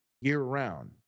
year-round